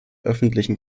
öffentlichen